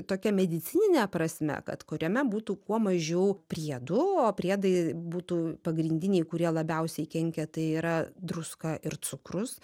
tokia medicinine prasme kad kuriame būtų kuo mažiau priedų o priedai būtų pagrindiniai kurie labiausiai kenkia tai yra druska ir cukrus